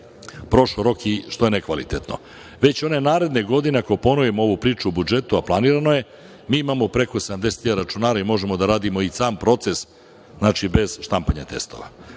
prošao rok i što je nekvalitetno. Već one naredne godine, ako ponovimo ovu priču o budžetu, a planirano je, mi imamo preko 70.000 računara i možemo da radimo i sam proces, znači, bez štampanja